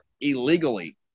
illegally